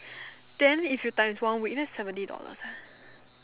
then if you times one week that's seventy dollars eh